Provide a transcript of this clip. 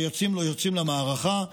שיוצאים למערכה.